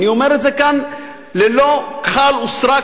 אני אומר את זה כאן ללא כחל ושרק.